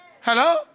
Hello